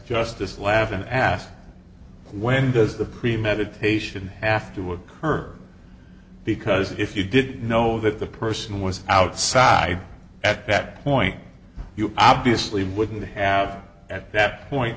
justice laffin asked when does the premeditation afterward hurt because if you didn't know that the person was outside at that point you obviously wouldn't have at that point